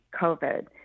COVID